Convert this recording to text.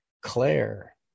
Claire